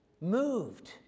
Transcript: moved